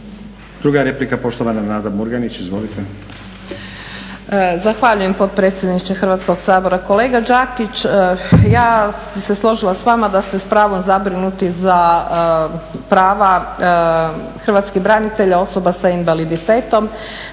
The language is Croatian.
Druga replika poštovana Nada Murganić. Izvolite. **Murganić, Nada (HDZ)** Zahvaljujem gospodine potpredsjedniče Hrvatskog sabora. Kolega Đakić, ja bi se složila s vama da ste s pravom zabrinuti za prava Hrvatskih branitelja, osoba sa invaliditetom